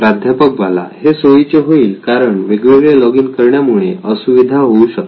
प्राध्यापक बाला हे सोयीचे होईल कारण वेगवेगळे लॉगिन करण्यामुळे असुविधा होऊ शकते